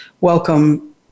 Welcome